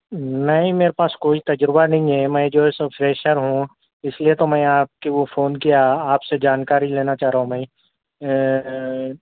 نہیں میرے پاس کوئی تجربہ نہیں ہے میں جو ہے سو فریشر ہوں اس لیے تو میں آپ کو فون کیا ہوں آپ سے جانکاری لینا چاہ رہا ہوں میں